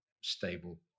stable